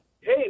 hey